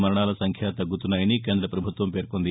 మరణాల సంఖ్య తగ్గుతున్నాయని కేంద్ర ప్రభుత్వం పేర్కొంది